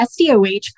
SDOH